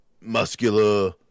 muscular